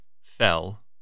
fell